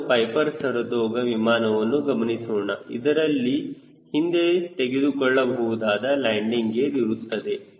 ಈಗ ನಾವು Piper Saratoga ವಿಮಾನವನ್ನು ಗಮನಿಸೋಣ ಇದರಲ್ಲಿ ಹಿಂದೆತೆಗೆದುಕೊಳ್ಳಬಹುದಾದ ಲ್ಯಾಂಡಿಂಗ್ ಗೇರ್ ಇರುತ್ತದೆ